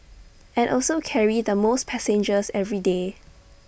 and also carry the most passengers every day